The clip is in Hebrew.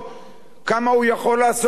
כמה הוא יכול לעשות עכשיו?